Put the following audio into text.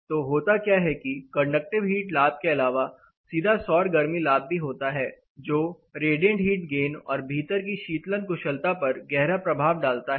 तो होता क्या है कि कंडक्टिव हीट लाभ के अलावा सीधा सौर गर्मी लाभ भी होता है जो रेडिएंट हीट गेन और भीतर की शीतलन कुशलता पर गहरा प्रभाव डालता है